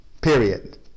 period